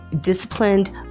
disciplined